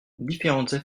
différentes